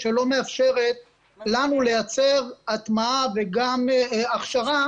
שלא מאפשרת לנו לייצר הטמעה וגם הכשרה